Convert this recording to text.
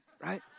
right